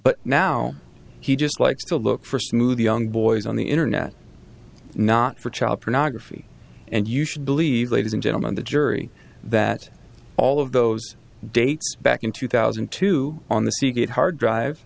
but now he just likes to look for smooth young boys on the internet not for child pornography and you should believe ladies and gentlemen the jury that all of those dates back in two thousand and two on the seagate hard drive